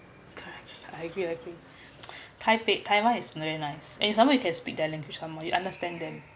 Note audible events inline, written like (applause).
correct I agree I agree (noise) taipei taiwan is very nice and somemore you can speak their language somemore you understand them